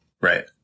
Right